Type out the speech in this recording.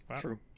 True